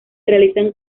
realizan